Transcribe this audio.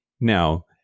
Now